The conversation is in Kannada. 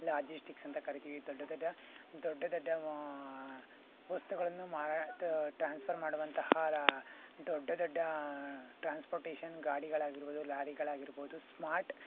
ಲಾಜೆಶ್ಟಿಕ್ಸ್ ಅಂತ ಕರೀತೀವಿ ದೊಡ್ಡ ದೊಡ್ಡ ದೊಡ್ಡ ದೊಡ್ಡ ವಸ್ತುಗಳನ್ನು ಮಾರಾಟ ಟ್ರಾನ್ಸ್ಫರ್ ಮಾಡುವಂತಹ ದೊಡ್ಡ ದೊಡ್ಡ ಟ್ರಾನ್ಸ್ಪೋರ್ಟೇಷನ್ ಗಾಡಿಗಳಾಗಿರ್ಬೋದು ಲಾರಿಗಳಾಗಿರ್ಬೋದು ಸ್ಮಾರ್ಟ್